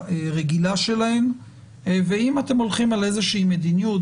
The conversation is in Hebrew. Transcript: הרגילה שלהן ואם אתם הולכים על איזה שהיא מדיניות,